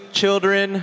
children